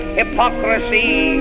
hypocrisy